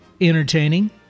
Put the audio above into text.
Entertaining